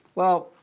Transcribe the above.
well,